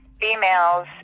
females